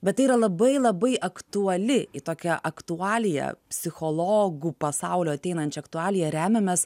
bet tai yra labai labai aktuali tokia aktualija psichologų pasaulio ateinančia aktualija remiamės